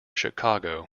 chicago